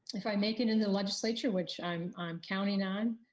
if i make it in the legislature, which i'm i'm counting on,